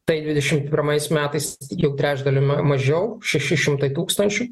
tai dvidešimt pirmais metais jau trečdaliu ma mažiau šeši šimtai tūkstančių